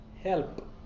help